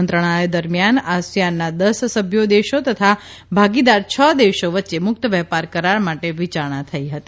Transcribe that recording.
મંત્રણાએ દરમિયાન આસિથાનના દસ સભ્ય દેશો તથા ભાગીદાર છ દેશો વચ્ચે મુકત વેપાર કરાર માટે વિચારણા થઇ હતી